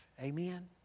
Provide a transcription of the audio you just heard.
Amen